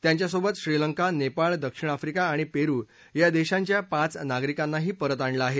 त्यांच्यासोबत श्रीलंका नेपाळ दक्षिण आफ्रिका आणि पेरु या देशांच्या पाच नागरिकांनाही परत आणलं आहे